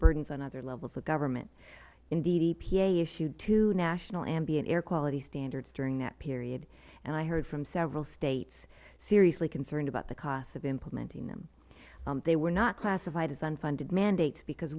burdens on other levels of government indeed epa issued two national ambient air quality standards during that period and i heard from several states seriously concerned about the cost of implementing them they were not classified as unfunded mandates because